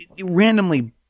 randomly